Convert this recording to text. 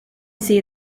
see